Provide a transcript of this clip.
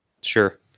Sure